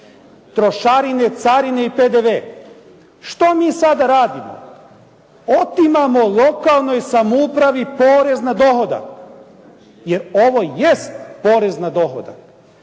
trošarine, carine i PDV. Što mi sada radimo? Otimamo lokalnoj samoupravi porez na dohodak. Jer ovo jest porez na dohodak.